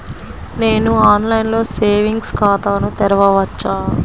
నేను ఆన్లైన్లో సేవింగ్స్ ఖాతాను తెరవవచ్చా?